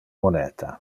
moneta